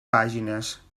pàgines